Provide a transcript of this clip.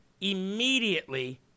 immediately